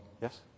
Yes